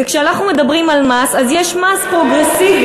וכשאנחנו מדברים על מס אז יש מס פרוגרסיבי,